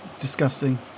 Disgusting